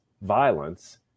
violence